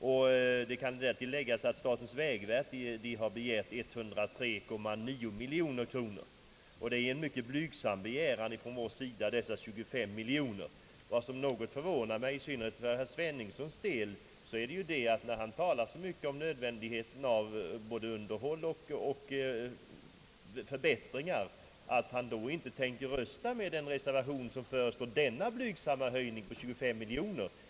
Därtill kan läggas att statens vägverk har begärt 103,9 miljoner kronor. De 25 miljoner kronorna är en mycket blygsam begäran från vår sida. Det förvånar mig mycket att herr Sveningsson, som talar så mycket om nödvändigheten av både underhåll och förbättringar, inte tänker rösta för den reservation vari föreslås denna blygsamma höjning med 25 miljoner kronor.